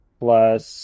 plus